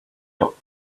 but